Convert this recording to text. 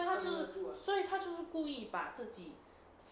ah 他就是所以他就是故意把自己